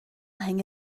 hang